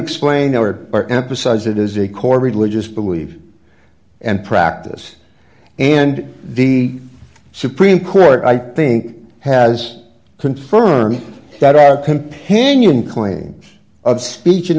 explain our our emphasize it is a core religious belief and practice and the supreme court i think has confirmed that our companion claims of speech in